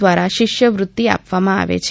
દ્વારા શિષ્યવૃતિ આપવામાં આવે છે